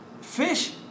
Fish